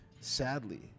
sadly